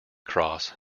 cross